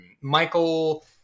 Michael